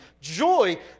joy